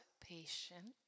Patient